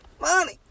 Money